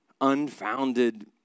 unfounded